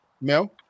Mel